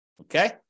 Okay